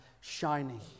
shining